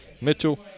Mitchell